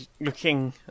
looking